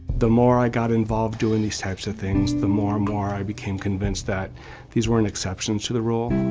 the more i got involved doing these types of things, the more and more i became convinced that these weren't exceptions to the rule.